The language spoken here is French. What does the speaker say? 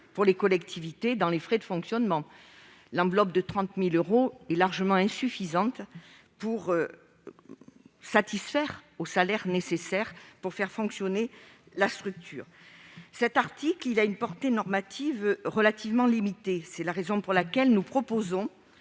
pour les collectivités en matière de frais de fonctionnement. L'enveloppe de 30 000 euros est largement insuffisante pour payer les salaires des personnes nécessaires au fonctionnement de la structure. Cet article a une portée normative relativement limitée. C'est la raison pour laquelle nous proposons